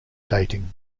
dating